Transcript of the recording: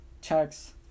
Checks